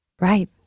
Right